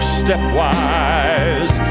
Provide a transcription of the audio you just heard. stepwise